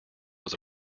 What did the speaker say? was